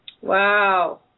Wow